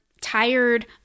tired